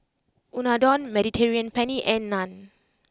Unadon Mediterranean Penne and Naan